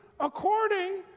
According